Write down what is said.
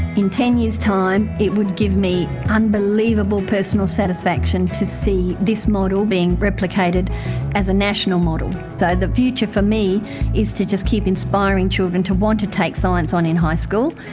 in ten years' time it would give me unbelievable personal satisfaction to see this model being replicated as a national model. so the future for me is to just keep inspiring children to want to take science on in high school,